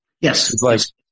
Yes